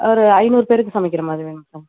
ஒரு ஐநூறு பேருக்கு சமைக்கிற மாதிரி வேணும் சார்